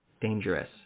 Dangerous